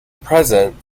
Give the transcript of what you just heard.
present